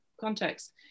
context